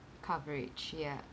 coverage ya